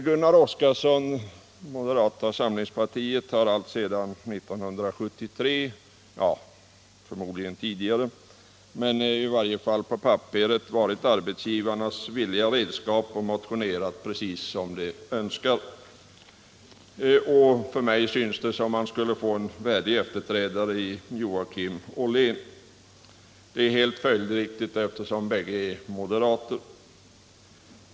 Gunnar Oskarson, moderata samlingspartiet, har alltsedan 1973 — förmodligen tidigare, men i alla fall på papperet — varit arbetsgivarnas villiga redskap och motionerat precis som de önskat. Det synes mig som om han skulle få en värdig efterträdare i Joakim Ollén. Detta är helt följdriktigt eftersom bägge är moderater.